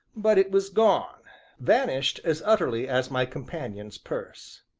but it was gone vanished as utterly as my companion's purse.